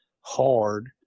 hard